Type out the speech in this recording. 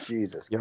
Jesus